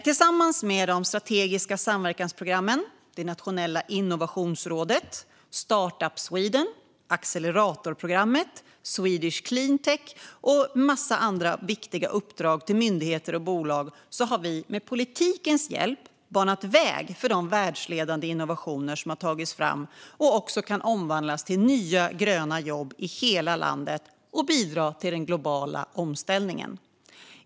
Tillsammans med de strategiska samverkansprogrammen, Nationella innovationsrådet, Startup Sweden, acceleratorprogrammet, Swedish Cleantech och en massa andra viktiga uppdrag till myndigheter och bolag har vi med politikens hjälp banat väg för de världsledande innovationer som har tagits fram och som också kan omvandlas till nya, gröna jobb i hela landet och bidra till den globala omställningen.